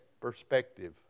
perspective